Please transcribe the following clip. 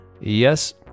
Yes